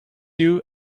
you